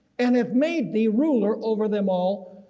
and if made the ruler over them all.